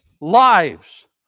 lives